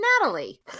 Natalie